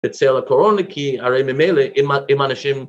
אצל הקורונה כי הרי ממילא אם אנשים